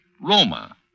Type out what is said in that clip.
Roma